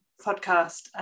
podcast